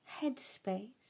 headspace